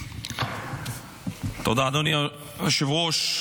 תודה, אדוני היושב-ראש.